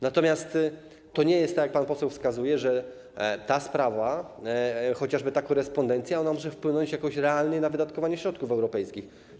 Natomiast to nie jest tak, jak pan poseł wskazuje, że ta sprawa, chociażby ta korespondencja, może wpłynąć realnie na wydatkowanie środków europejskich.